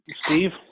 Steve